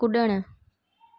कुॾणु